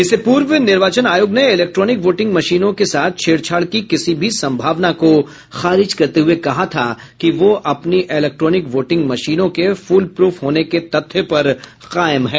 इससे पूर्व निर्वाचन आयोग ने इलेक्ट्रॉनिक वोटिंग मशीनों के साथ छेड़छाड़ के किसी भी संभावना को खारिज करते हुए कहा था कि वह अपनी इलेक्ट्रॉनिक वोटिंग मशीनों के फुलप्रूफ होने के तथ्य पर कायम है